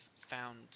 found